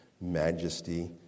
majesty